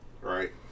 right